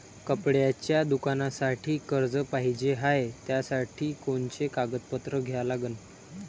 कपड्याच्या दुकानासाठी कर्ज पाहिजे हाय, त्यासाठी कोनचे कागदपत्र द्या लागन?